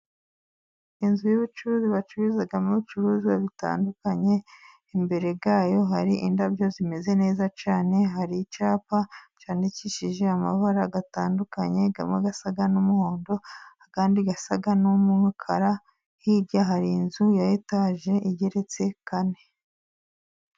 Inzu y'ubucuruzi bacururizamo ibicuruzwa bitandukanye, imbere yayo hari indabo zimeze neza cyane . hari icyapa cyandikishije amabara atandukanye, amwe asa n'umuhondo, andi asa n'umukara, hirya hari inzu ya etaje igeretse kane.